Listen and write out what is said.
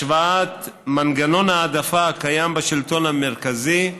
השוואת מנגנון ההעדפה הקיים בשלטון המרכזי,